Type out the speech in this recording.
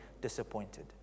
disappointed